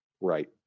Right